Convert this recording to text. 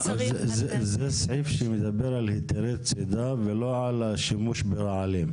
אז זה סעיף שמדבר על היתרי צידה ולא על השימוש ברעלים.